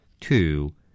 two